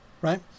right